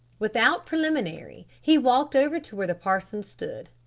without preliminary he walked over to where the parson stood.